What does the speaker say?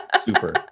Super